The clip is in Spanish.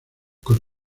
con